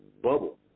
bubble